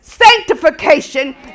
sanctification